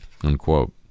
unquote